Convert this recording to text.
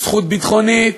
זכות ביטחונית,